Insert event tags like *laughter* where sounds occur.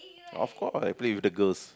*noise* of course I play with the girls